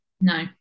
No